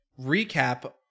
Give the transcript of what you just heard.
recap